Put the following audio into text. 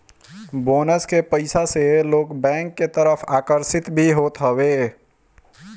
bonus के पईसा से लोग बैंक के तरफ आकर्षित भी होत हवे